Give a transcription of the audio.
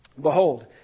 Behold